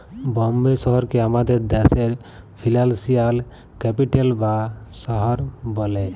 বম্বে শহরকে আমাদের দ্যাশের ফিল্যালসিয়াল ক্যাপিটাল বা শহর ব্যলে